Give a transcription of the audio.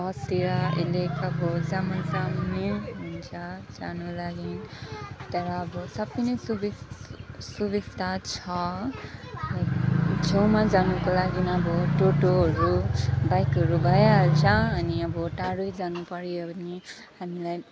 बस या अलिक अब जामै जाम नै हुन्छ अब जानुको लागि त्यहाँबाट अब सबै नै सुबिस् सुबिस्ता छ छेउमा जानुको लागि अब टोटोहरू बाइकहरू भइहाल्छ अनि अब टाढै जानु पर्यो भने हामीलाई